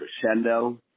crescendo